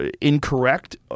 incorrect